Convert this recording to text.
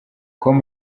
com